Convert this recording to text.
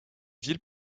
ville